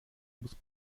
muss